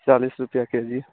चालीस रुपया के जी